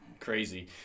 Crazy